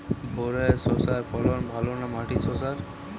ভেরার শশার ফলন ভালো না মাটির শশার?